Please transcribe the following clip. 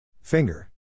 Finger